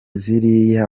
ziriya